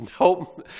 Nope